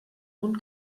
punt